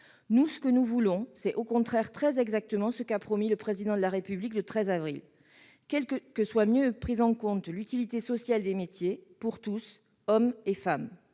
part, ce que nous voulons, c'est au contraire très exactement ce qu'a promis le Président de la République le 13 avril dernier : que soit mieux prise en compte l'utilité sociale des métiers, pour tous, hommes et femmes.